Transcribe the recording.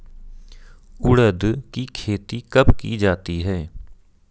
उड़द की खेती कब की जाती है?